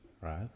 right